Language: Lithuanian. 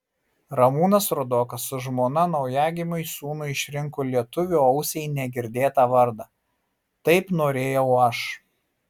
ramūnas rudokas su žmona naujagimiui sūnui išrinko lietuvio ausiai negirdėtą vardą taip norėjau aš